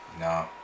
No